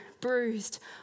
bruised